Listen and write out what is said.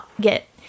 get